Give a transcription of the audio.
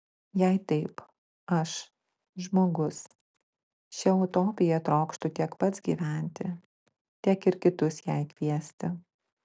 jei taip aš žmogus šia utopija trokštu tiek pats gyventi tiek ir kitus jai kviesti